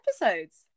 episodes